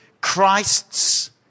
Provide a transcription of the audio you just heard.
Christ's